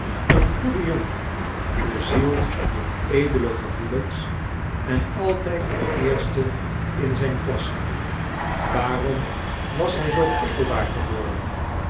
een goede jongen bezield door edele gevoelens en altijd de eerste in zijn klasse waarom was hij zoo prikkelbaar geworden